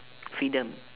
freedom